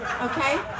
Okay